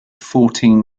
fourteen